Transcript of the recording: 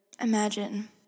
imagine